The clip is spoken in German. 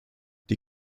die